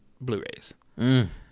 Blu-rays